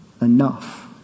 enough